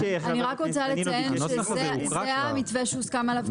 אני רק רוצה לציין שזה המתווה שהוסכם עליו.